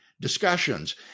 discussions